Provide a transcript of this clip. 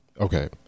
Okay